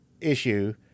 issue